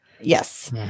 Yes